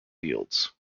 fields